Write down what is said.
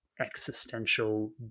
existential